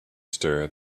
stir